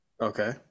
Okay